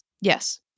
Yes